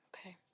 Okay